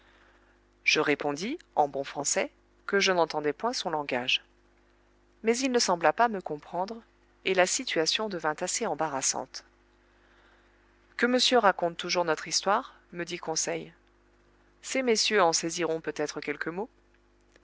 je répondis en bon français que je n'entendais point son langage mais il ne sembla pas me comprendre et la situation devint assez embarrassante que monsieur raconte toujours notre histoire me dit conseil ces messieurs en saisiront peut-être quelques mots